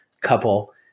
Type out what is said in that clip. couple